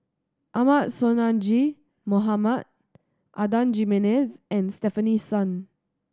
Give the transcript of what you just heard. Ahmad Sonhadji Mohamad Adan Jimenez and Stefanie Sun